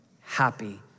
happy